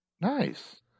nice